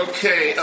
Okay